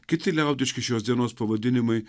kiti liaudiški šios dienos pavadinimai